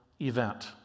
event